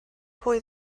pwy